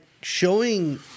showing